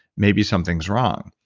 maybe something's wrong.